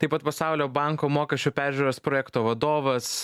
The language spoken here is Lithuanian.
taip pat pasaulio banko mokesčių peržiūros projekto vadovas